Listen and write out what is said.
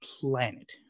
planet